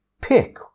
pick